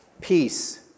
peace